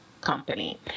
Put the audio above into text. Company